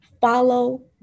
follow